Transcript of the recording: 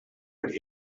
could